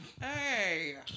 Hey